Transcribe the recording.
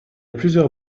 plusieurs